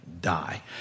die